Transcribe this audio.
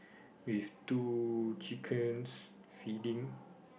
with two chickens feeding